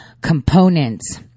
components